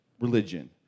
religion